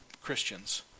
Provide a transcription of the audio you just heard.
Christians